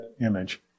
image